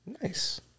Nice